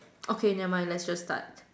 okay never mind let's just start